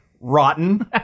rotten